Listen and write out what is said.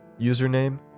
Username